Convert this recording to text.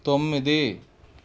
తొమ్మిది